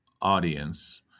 audience